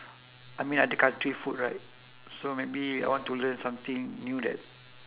I mean other country food right so maybe I want to learn something new that